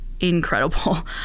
incredible